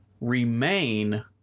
remain